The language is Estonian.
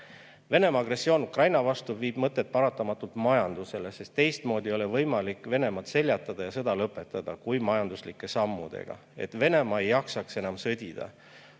agressioon Ukraina vastu viib mõtted paratamatult majandusele, sest teistmoodi ei ole võimalik Venemaad seljatada ja sõda lõpetada kui majanduslike sammudega, et Venemaa ei jaksaks enam sõdida.